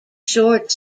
short